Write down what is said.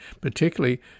particularly